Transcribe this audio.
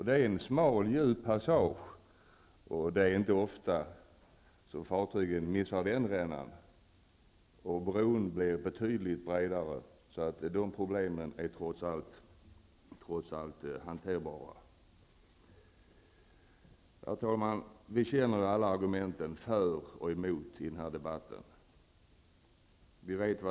Det är en smal djup passage, och det är inte ofta som fartygen missar den rännan. Bron blir betydligt bredare. De problemen är trots allt hanterbara. Herr talman! Vi känner alla argumenten för och emot bron i debatten.